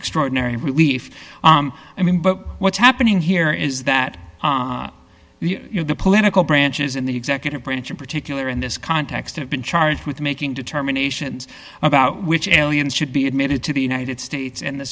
extraordinary relief i mean butt what's happening here is that the political branches in the executive branch in particular in this context have been charged with making determinations about which should be admitted to the united states and the